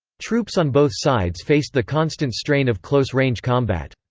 troops on both sides faced the constant strain of close-range combat.